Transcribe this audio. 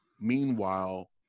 Meanwhile